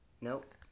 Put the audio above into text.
Nope